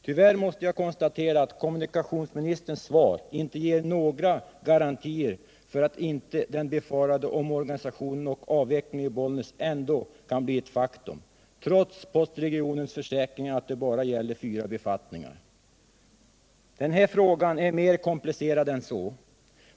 Tyvärr måste jag konstatera att kommunikationsministerns svar inte ger några garantier för att inte den befarade omorganisationen och avvecklingen i Bollnäs ändå kan bli ett faktum, trots postregionens försäkringar att det bara gäller fyra befattningar. Mcn den här frågan är mer komplicerad än så!